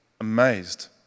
amazed